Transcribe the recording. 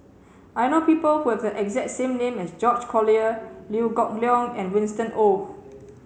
I know people who have the exact name as George Collyer Liew Geok Leong and Winston Oh